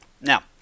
Now